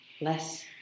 less